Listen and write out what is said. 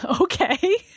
Okay